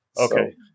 Okay